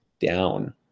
down